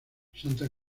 santa